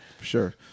sure